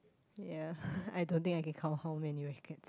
ya I don't think I can count how many racket